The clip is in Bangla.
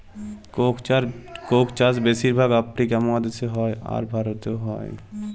কোক চাষ বেশির ভাগ আফ্রিকা মহাদেশে হ্যয়, আর ভারতেও হ্য়য়